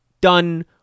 done